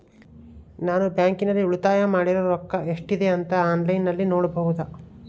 ನಾನು ಬ್ಯಾಂಕಿನಲ್ಲಿ ಉಳಿತಾಯ ಮಾಡಿರೋ ರೊಕ್ಕ ಎಷ್ಟಿದೆ ಅಂತಾ ಆನ್ಲೈನಿನಲ್ಲಿ ನೋಡಬಹುದಾ?